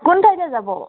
কোন চাইডে যাব